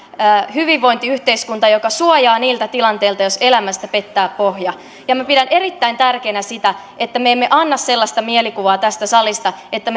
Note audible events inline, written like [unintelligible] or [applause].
hyvinvointiyhteiskunta joka suojaa niiltä tilanteilta jos elämästä pettää pohja minä pidän erittäin tärkeänä sitä että me emme anna sellaista mielikuvaa tästä salista että [unintelligible]